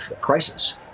crisis